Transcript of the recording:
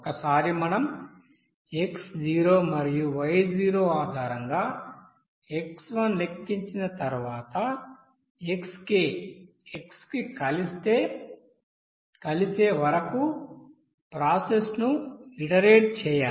ఒకసారి మనం x0 మరియు y0 ఆధారంగా x1 లెక్కించిన తర్వాత xk x కి కలిసే వరకు ప్రాసెస్ ను ఇటరేషన్ చేయాలి